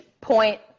point